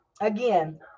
again